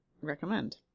recommend